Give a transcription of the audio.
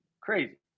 Crazy